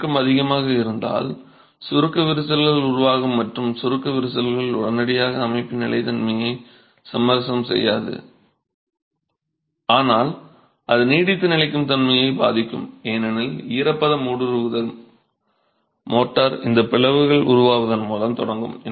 சுருக்கம் அதிகமாக இருந்தால் சுருக்க விரிசல்கள் உருவாகும் மற்றும் சுருக்க விரிசல்கள் உடனடியாக அமைப்பின் நிலைத்தன்மையை சமரசம் செய்யாது ஆனால் அது நீடித்து நிலைக்கும்தன்மையை பாதிக்கும் ஏனெனில் ஈரப்பதம் ஊடுருவல் மோர்டார் இந்த பிளவுகள் உருவாவதன் மூலம் தொடங்கும்